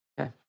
Okay